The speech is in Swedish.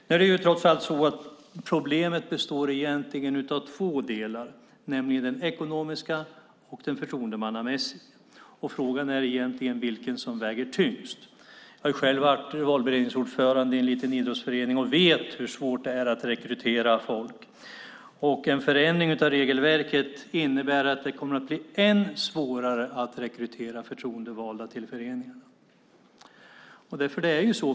Nu är det trots allt så att problemet egentligen består av två delar, nämligen den ekonomiska och den förtroendemannamässiga. Frågan är vilken som väger tyngst. Jag har själv varit valberedningsordförande i en liten idrottsförening och vet hur svårt det är att rekrytera folk. Och en förändring av regelverket innebär att det kommer att bli än svårare att rekrytera förtroendevalda till föreningen.